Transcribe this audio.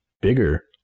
bigger